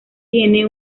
tiene